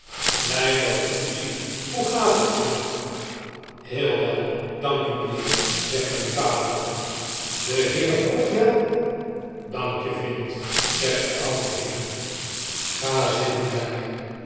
blij dat ik u zie hoe gaat het vriend heel wel dank u mijnheer zegt mijn vader de heeren ook wel dank je vriend zegt de oude heer ga zitten weller